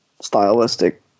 stylistic